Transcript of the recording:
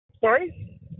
sorry